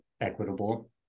equitable